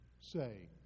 say